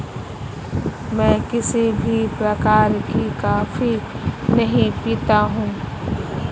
मैं किसी भी प्रकार की कॉफी नहीं पीता हूँ